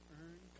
earn